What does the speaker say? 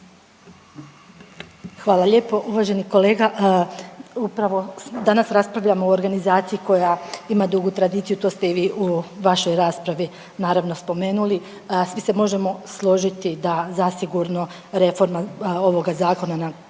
Hvala lijepo. Uvaženi kolega, upravo danas raspravljamo o organizaciji koja ima dugu tradiciju to ste i vi u vašoj raspravi naravno spomenuli. Svi se možemo složiti da zasigurno reforma ovoga zakona nakon